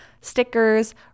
stickers